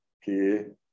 que